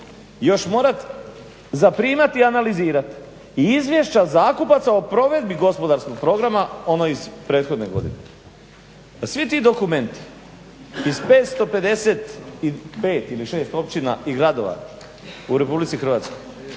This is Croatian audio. još morati zaprimati i analizirati i izvješća zakupaca o provedbi gospodarskog programa ono iz prethodne godine. A svi ti dokumenti iz 555 ili šest općina i gradova u Republici Hrvatskoj